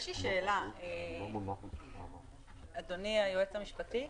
יש לי שאלה, אדוני היועץ המשפטי,